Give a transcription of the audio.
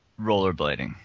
rollerblading